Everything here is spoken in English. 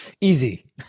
easy